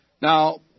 Now